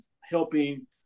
helping